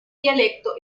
dialecto